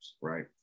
right